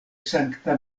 sankta